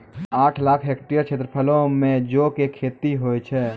आठ लाख हेक्टेयर क्षेत्रफलो मे जौ के खेती होय छै